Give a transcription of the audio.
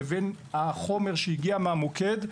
לבין החומר שהגיע מהמוקד,